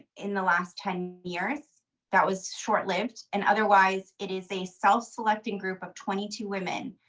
in the last ten years that was short lived and otherwise it is a self-selecting group of twenty two women,